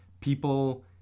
people